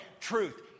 Truth